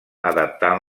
adaptant